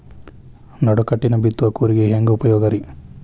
ನಡುಕಟ್ಟಿನ ಬಿತ್ತುವ ಕೂರಿಗೆ ಹೆಂಗ್ ಉಪಯೋಗ ರಿ?